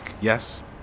yes